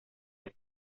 los